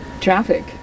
traffic